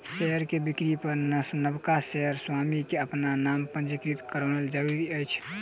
share के बिक्री पर नबका शेयर स्वामी के अपन नाम पंजीकृत करौनाइ जरूरी अछि